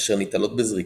אשר ניטלות בזריקה,